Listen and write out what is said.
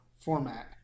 format